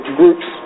groups